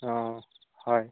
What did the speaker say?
অঁ হয়